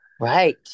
Right